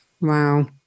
wow